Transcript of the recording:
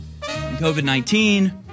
COVID-19